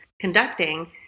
conducting